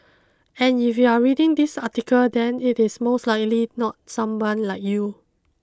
and if you are reading this article then it is most likely not someone like you